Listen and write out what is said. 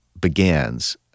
begins